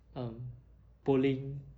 um polling